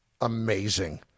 amazing